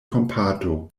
kompato